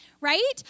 right